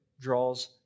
draws